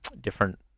different